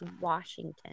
Washington